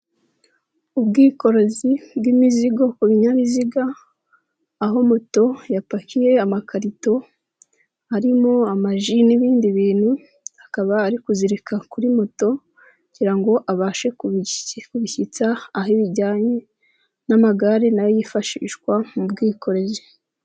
Ubwikorezi bw'imizigo ku binyabiziga, aho moto yapakiye amakarito arimo amaji n'ibindi bintu akaba ari kuzirika kuri moto kugirango abashe kubishyitsa aho ibijyanye n'amagare nayo yifashishwa mu bwikorezi.